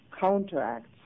counteracts